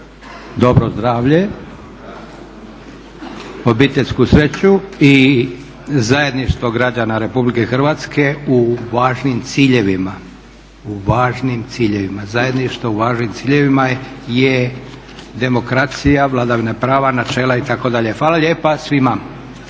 dobro zdravlje, obiteljsku sreću i zajedništvo građana Republike Hrvatske u važnim ciljevima. Zajedništvo u važnim ciljevima je demokracija, vladavina prava, načela itd. Hvala lijepa svima.